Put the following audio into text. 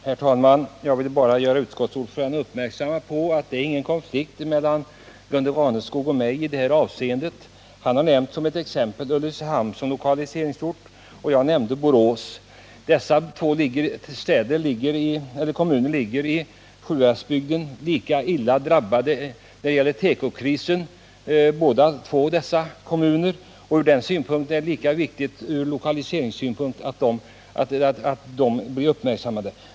Herr talman! Jag vill bara göra utskottets ordförande uppmärksam på att det inte föreligger någon konflikt mellan Gunde Raneskog och mig. Han har som ett exempel nämnt Ulricehamn som lokaliseringsort, och jag nämnde Borås. Det är två kommuner i Sjuhäradsbygden som är lika illa drabbade av tekokrisen, och det är därför lika viktigt att båda blir uppmärksammade i lokaliseringssammanhang.